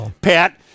Pat